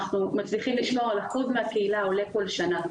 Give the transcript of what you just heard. אנחנו מצליחים לשמור על אחוז מהקהילה עולה כל שנה,